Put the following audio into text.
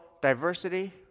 diversity